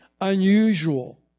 unusual